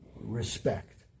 respect